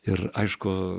ir aišku